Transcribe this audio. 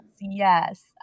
yes